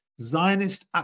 Zionist